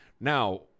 Now